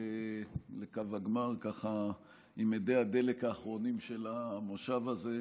לקו הגמר על אדי הדלק האחרונים של המושב הזה.